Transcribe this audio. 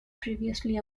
previously